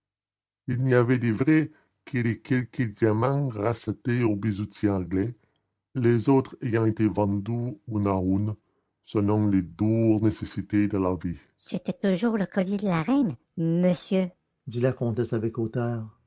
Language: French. il n'y avait de vrais que les quelques diamants rachetés au bijoutier anglais les autres ayant été vendus un à un selon les dures nécessités de la vie c'était toujours le collier de la reine monsieur dit la comtesse avec hauteur